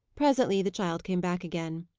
presently the child came back again.